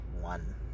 one